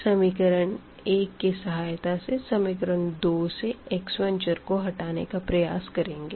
equation 1 की सहायता से इक्वेशन 2 से x1 वेरीअबल को हटाने का प्रयास करेंगे